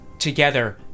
together